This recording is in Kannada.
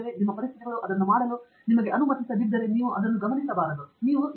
ನಿಮ್ಮ ಪರಿಸ್ಥಿತಿಗಳು ಅದನ್ನು ಮಾಡಲು ನಿಮಗೆ ಅನುಮತಿಸದಿದ್ದರೆ ನೀವು ಅದನ್ನು ಗಮನಿಸಬಾರದು ನೀವು ಇತರ ಕಡೆಗೆ ಹೋಗಬೇಕು